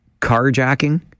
carjacking